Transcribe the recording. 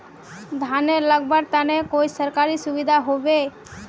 धानेर लगवार तने कोई सरकारी सुविधा होबे?